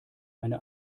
eine